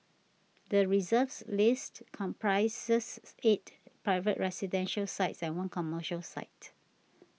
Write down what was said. the Reserve List comprises eight private residential sites and one commercial site